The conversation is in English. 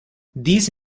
these